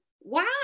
wow